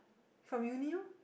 from uni lor